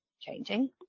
changing